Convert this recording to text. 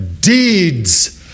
deeds